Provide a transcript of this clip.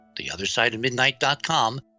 theothersideofmidnight.com